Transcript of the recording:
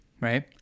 right